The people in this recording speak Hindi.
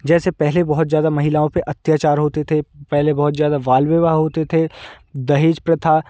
जैसे पेहले बहुत ज़्यादा महिलाओ पर अत्याचार होते थे पहले बहुत ज़्यादा बाल विवाह होते थे दहेज प्रथा